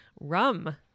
rum